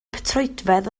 troedfedd